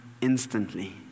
instantly